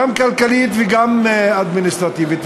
גם כלכלית וגם אדמיניסטרטיבית,